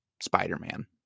Spider-Man